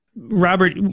Robert